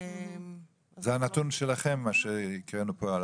זה הנתון שלכם מה שהקראנו פה?